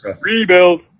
Rebuild